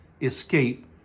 escape